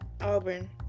Auburn